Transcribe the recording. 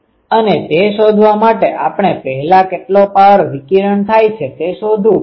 અને તે શોધવા માટે આપણે પહેલા કેટલો પાવર વિકિરણ થાય છે તે શોધવું પડશે